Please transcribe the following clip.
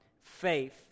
faith